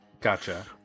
Gotcha